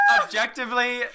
objectively